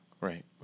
Right